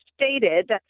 stated